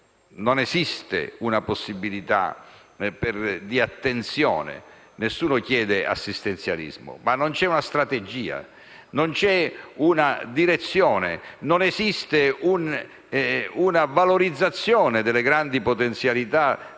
non esiste una possibilità di attenzione. Nessuno chiede assistenzialismo, ma non c'è una strategia. Non c'è una direzione; non esiste una valorizzazione delle grandi potenzialità del